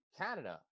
Canada